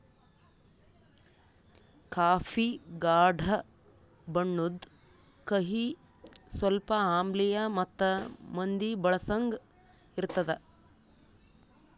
coffee ಗಾಢ ಬಣ್ಣುದ್, ಕಹಿ, ಸ್ವಲ್ಪ ಆಮ್ಲಿಯ ಮತ್ತ ಮಂದಿ ಬಳಸಂಗ್ ಇರ್ತದ